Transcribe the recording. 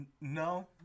No